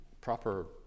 proper